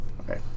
Okay